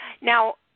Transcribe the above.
Now